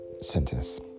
sentence